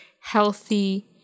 healthy